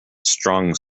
strong